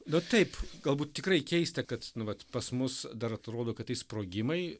na taip galbūt tikrai keista kad nu vat pas mus dar atrodo kad tai sprogimai